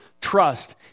trust